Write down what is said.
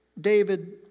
David